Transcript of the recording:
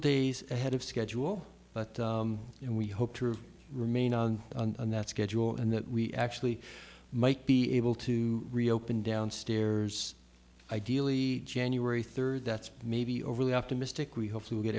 days ahead of schedule but we hope to remain on that schedule and that we actually might be able to reopen downstairs ideally january third that's maybe overly optimistic we hope to get